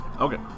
Okay